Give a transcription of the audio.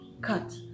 cut